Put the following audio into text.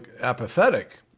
apathetic